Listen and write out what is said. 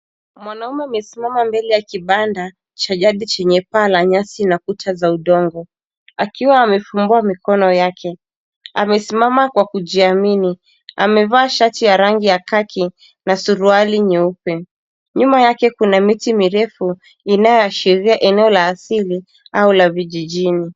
Mwanaume amesimama mbele ya kibanda cha jadi chenye paa la nyasi na kuta za udongo akiwa amefumbua mikono yake. Amesimama kwa kujiamini. Amevaa shati ya rangi ya kaki na suruali nyeupe. Nyuma yake kuna miti mirefu linayoashiria eneo la asili au la vijijini.